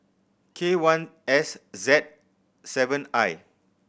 K one S Z seven I